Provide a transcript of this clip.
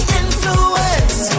influence